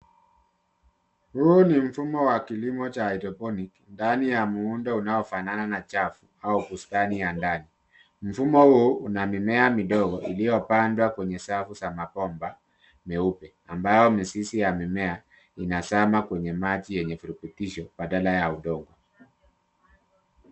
Huu ni mfumo wa kilimo cha haidroponiki ndani ya muundo unaofanana na chafu au bustani ya ndani. Mfumo huu una mimea midogo iliopandwa kwenye safu za mabomba meupe, ambayo mizizi ya mimea inazama kwenye maji yenye virutubisho badala ya udongo.